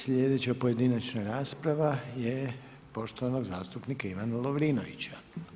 Sljedeća pojedinačna rasprava je poštovanog zastupnika Ivana Lovrinovića.